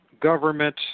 government